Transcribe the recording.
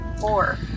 four